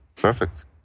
perfect